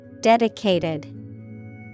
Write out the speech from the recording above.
Dedicated